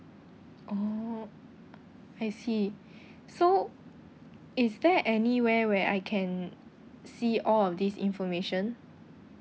oh I see so is there anywhere where I can see all of this information